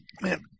Man